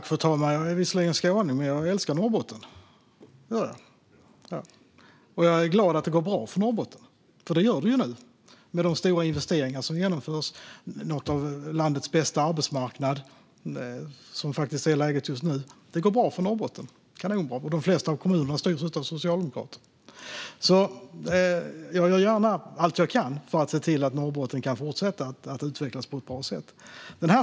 Fru talman! Jag är visserligen skåning, men jag älskar Norrbotten! Och jag är glad att det går bra för Norrbotten, för det gör det nu med de stora investeringar som genomförs. Som läget är just nu är det något av landets bästa arbetsmarknad. Det går kanonbra för Norrbotten, och de flesta kommunerna styrs av socialdemokrater. Jag gör gärna allt jag kan för att se till att Norrbotten kan fortsätta att utvecklas på ett bra sätt.